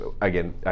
again